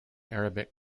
arabic